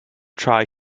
try